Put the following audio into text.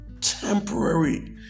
temporary